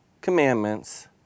commandments